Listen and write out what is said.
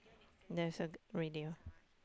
there's a radio